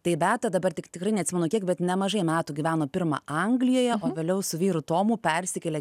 tai beata dabar tik tikrai neatsimenu kiek bet nemažai metų gyveno pirma anglijoje o vėliau su vyru tomu persikėlė